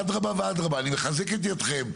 אדרבא ואדרבא אני מחזק את ידכם,